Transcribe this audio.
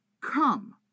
Come